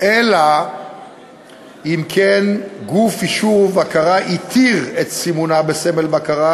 "אלא אם כן גוף אישור ובקרה התיר את סימונה בסמל בקרה